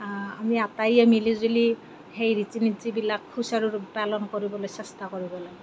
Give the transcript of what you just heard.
আমি আটাইয়ে মিলি জুলি সেই ৰীতি নীতিবিলাক সুচাৰুৰূপে পালন কৰিবলৈ চেষ্টা কৰিব লাগে